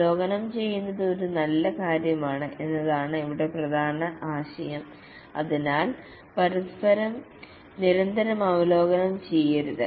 അവലോകനം ചെയ്യുന്നത് ഒരു നല്ല കാര്യമാണ് എന്നതാണ് ഇവിടെ പ്രധാന ആശയം അതിനാൽ പരസ്പരം നിരന്തരം അവലോകനം ചെയ്യരുത്